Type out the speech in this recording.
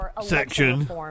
section